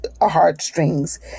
heartstrings